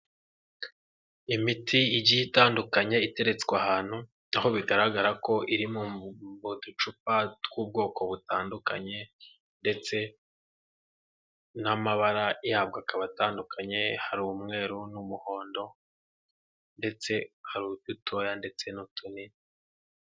Imiti igiye itandukanye itereretwse ahantu ,aho bigaragara ko iri mu ducupa tw'ubwoko butandukanye ndetse n'amabara yabwo akaba atandukanye: hari umweru n'umuhondo ndetse hari udutoya ndetse n'utunini.